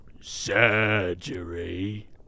Surgery